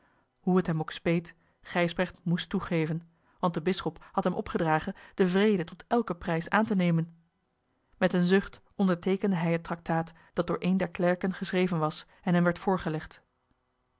hoe het hem ook speet gijsbrecht moest toegeven want de bisschop had hem opgedragen den vrede tot elken prijs aan te nemen met een zucht onderteekende hij het tractaat dat door een der klerken geschreven was en hem werd voorgelegd